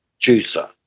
juicer